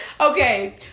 Okay